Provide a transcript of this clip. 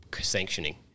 sanctioning